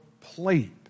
plate